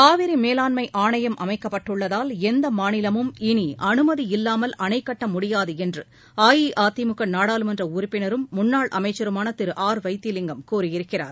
காவிரி மேலாண்மை ஆணையம் அமைக்கப்பட்டுள்ளதால் எந்த மாநிலமும் இனி அனுமதியில்லாமல் அணை கட்ட முடியாது என்று அஇஅதிமுக நாடாளுமன்ற உறுப்பினரும் முன்னாள் அமைச்சருமான திரு ஆர் வைத்திலிங்கம் கூறியிருக்கிறார்